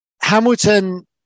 Hamilton